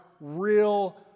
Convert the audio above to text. real